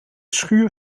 schuur